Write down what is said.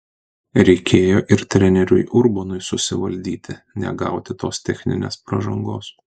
reikėjo ir treneriui urbonui susivaldyti negauti tos techninės pražangos